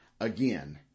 again